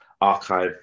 archive